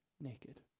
naked